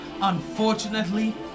unfortunately